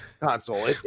console